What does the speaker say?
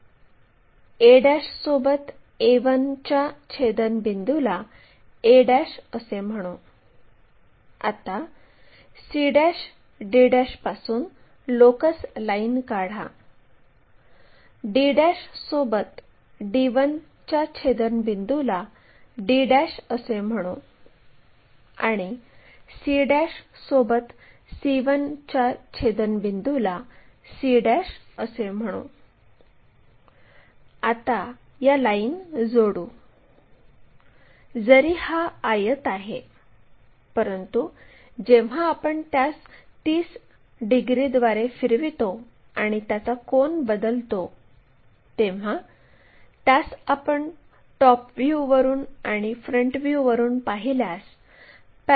आणि जेव्हा हे फ्रंट व्ह्यूवर येते म्हणजेच हे प्रोजेक्शन XY लाईनवर येते कारण ते त्या बिंदूला स्पर्श करते म्हणून जेव्हा आपण हे प्रोजेक्ट करत असतो तर ते त्या XY लाईनच्या प्रोजेक्शनपर्यंत जाईल आणि या बिंदूला आपण सहसा h एक लहान h द्वारे दर्शवितो